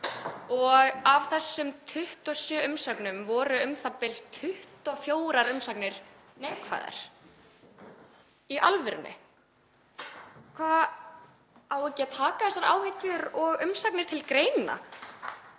Af þessum 27 umsögnum voru u.þ.b. 24 umsagnir neikvæðar, í alvörunni. Á ekki að taka þessar áhyggjur og umsagnir til greina?